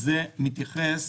זה מתייחס